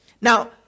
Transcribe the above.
Now